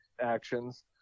actions